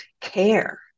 care